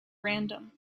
random